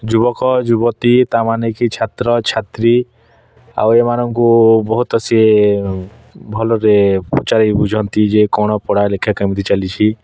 ଯୁବକ ଯୁବତୀ ତା ମାନେ କି ଛାତ୍ର ଛାତ୍ରୀ ଆଉ ଏମାନଙ୍କୁ ବହୁତ ସିଏ ଭଲରେ ପଚାରି ବୁଝନ୍ତି ଯେ କ'ଣ ପଢ଼ା ଲିଖା କେମିତି ଚାଲିଛି